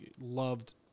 loved